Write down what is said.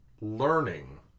learning